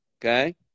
okay